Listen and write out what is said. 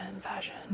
fashion